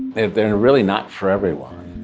and they're really not for everyone.